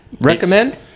recommend